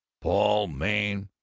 paul. maine.